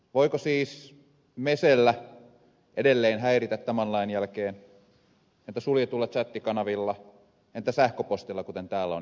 voiko siis mesellä edelleen häiritä tämän lain jälkeen entä suljetuilla tsättikanavilla entä sähköpostilla kuten täällä on jo kysytty